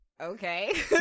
Okay